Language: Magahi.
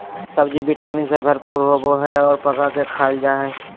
सब्ज़ि विटामिन से भरपूर होबय हइ और पका के खाल जा हइ